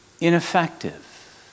ineffective